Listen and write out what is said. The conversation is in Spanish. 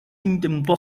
intentó